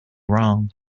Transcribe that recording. wrong